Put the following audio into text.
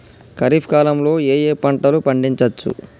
ఖరీఫ్ కాలంలో ఏ ఏ పంటలు పండించచ్చు?